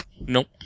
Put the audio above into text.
Nope